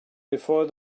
before